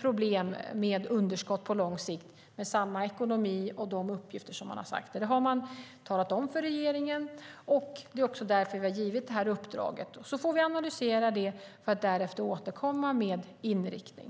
problem med underskott på lång sikt med samma ekonomi och de uppgifter som man har nämnt. Det har man talat om för regeringen. Det är därför vi har givit det här uppdraget. Vi får analysera det för att därefter återkomma med inriktning.